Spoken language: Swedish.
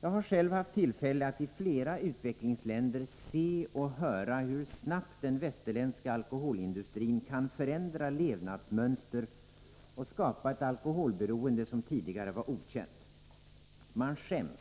Jag har själv haft tillfälle att i flera utvecklingsländer se och höra hur snabbt den västerländska alkoholindustrin kan förändra levnadsmönster och skapa ett alkoholberoende som tidigare var okänt. Man skäms